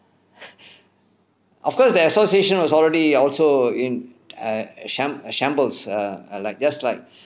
of course their association was already also in err sham~ err shambles err like just like